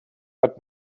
but